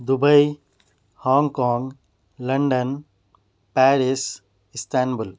Dubai Hong Kong London Paris Istanbul